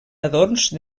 adorns